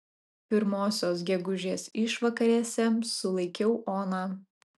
pirmosios gegužės išvakarėse sulaikiau oną